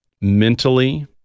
mentally